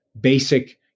Basic